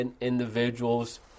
individuals